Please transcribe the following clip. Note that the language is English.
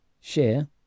share